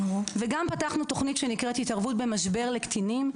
וגם פתחנו תוכנית שנקראת התערבות במשבר לקטינים,